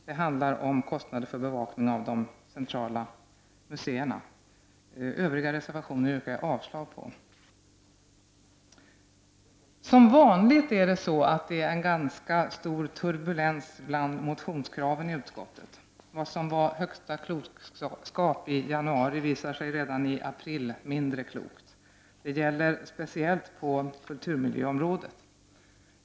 Det handlar om kostnader för bevakning av de centrala museerna. Samtliga övriga reservationer yrkar jag avslag på. Som vanligt karakteriseras motionskraven i utskottet av en ganska stor turbulens. Vad som var högsta klokskap i januari visar sig redan i april vara mindre klokt. Detta gäller speciellt på kulturmiljöområdet.